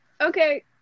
Okay